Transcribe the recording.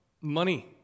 Money